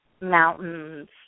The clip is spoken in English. mountains